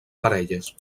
parelles